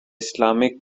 islamic